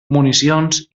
municions